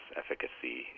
efficacy